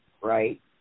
Right